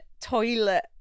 toilet